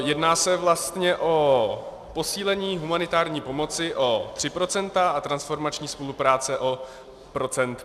Jedná se vlastně o posílení humanitární pomoci o 3 % a transformační spolupráce o 5 %.